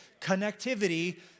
Connectivity